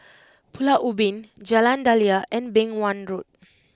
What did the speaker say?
Pulau Ubin Jalan Daliah and Beng Wan Road